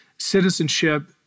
citizenship